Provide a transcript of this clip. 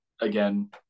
again